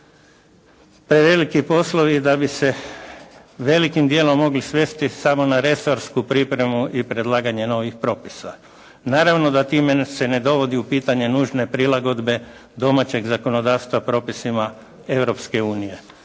preveliki poslovi da bi se velikim dijelom mogli svesti samo na resorsku pripremu i predlaganje novih propisa. Naravno da time se ne dovodi u pitanje nužne prilagodbe domaćeg zakonodavstva propisima Europske unije.